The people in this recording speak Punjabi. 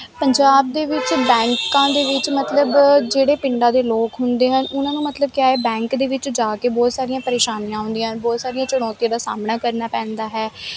ਪੰਜਾਬ ਦੇ ਵਿੱਚ ਬੈਂਕਾਂ ਦੇ ਵਿੱਚ ਮਤਲਬ ਜਿਹੜੇ ਪਿੰਡਾਂ ਦੇ ਲੋਕ ਹੁੰਦੇ ਹਨ ਉਹਨਾਂ ਨੂੰ ਮਤਲਬ ਕਿਆ ਬੈਂਕ ਦੇ ਵਿੱਚ ਜਾ ਕੇ ਬਹੁਤ ਸਾਰੀਆਂ ਪਰੇਸ਼ਾਨੀਆਂ ਆਉਂਦੀਆਂ ਬਹੁਤ ਸਾਰੀਆਂ ਚੁਣੌਤੀਆਂ ਦਾ ਸਾਹਮਣਾ ਕਰਨਾ ਪੈਂਦਾ ਹੈ